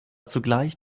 zugleich